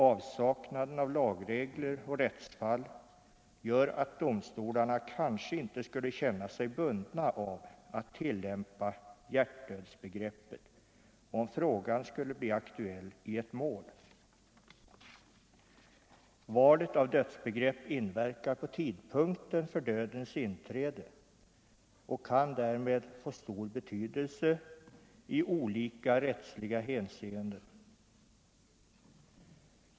Avsaknaden av lagregler och rättsfall gör att domstolarna kanske inte skulle känna sig bundna av att tillämpa hjärtdödsbegreppet, om frågan skulle bli aktuell i ett mål. Valet av dödsbegrepp inverkar på tidpunkten för dödens inträde och kan därmed få stor betydelse i olika rättsliga hänseenden.